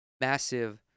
massive